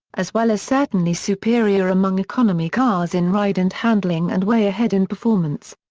as well as certainly superior among economy cars in ride-and-handling and way ahead in performance.